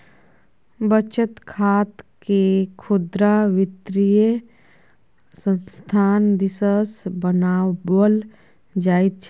बचत खातकेँ खुदरा वित्तीय संस्थान दिससँ बनाओल जाइत छै